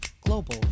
global